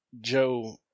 Joe